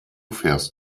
fährst